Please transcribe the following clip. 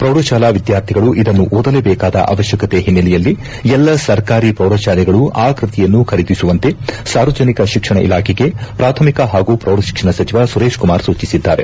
ಪ್ರೌಢ ಶಾಲಾ ವಿದ್ಯಾರ್ಥಿಗಳು ಇದನ್ನು ಓದಲೇಬೇಕಾದ ಅವಶ್ಯಕತೆ ಹಿನ್ನೆಲೆಯಲ್ಲಿ ಎಲ್ಲ ಸರ್ಕಾರಿ ಪ್ರೌಢಶಾಲೆಗಳು ಆ ಕೃತಿಯನ್ನು ಖರೀದಿಸುವಂತೆ ಸಾರ್ವಜನಿಕ ಶಿಕ್ಷಣ ಇಲಾಖೆಗೆ ಪ್ರಾಥಮಿಕ ಹಾಗೂ ಪ್ರೌಢಶಿಕ್ಷಣ ಸಚಿವ ಸುರೇಶಕುಮಾರ್ ಸೂಚಿಸಿದ್ದಾರೆ